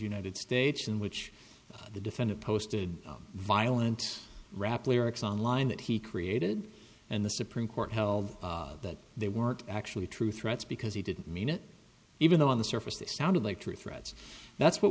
united states in which the defendant posted violent rap lyrics online that he created and the supreme court held that they weren't actually true threats because he didn't mean it even though on the surface it sounded like true threats that's what